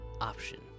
option